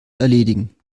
erledigen